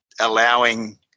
allowing